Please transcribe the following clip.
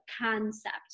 concept